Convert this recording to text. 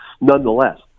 nonetheless